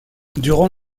durant